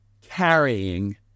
carrying